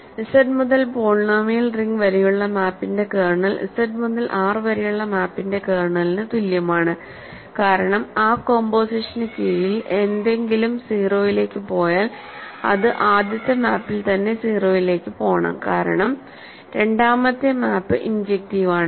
Z മുതൽ polynomial ring വരെയുള്ള മാപ്പിന്റെ കേർണൽ Z മുതൽ R വരെയുള്ള മാപ്പിന്റെ കേർണലിന് തുല്യമാണ് കാരണം ആ കോമ്പോസിഷന് കീഴിൽ എന്തെങ്കിലും 0 ലേക്ക് പോയാൽ അത് ആദ്യത്തെ മാപ്പിൽ തന്നെ 0 ലേക്ക് പോകണം കാരണം രണ്ടാമത്തെ മാപ്പ് ഇൻജെക്റ്റീവ് ആണ്